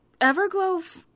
Everglow